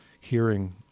hearing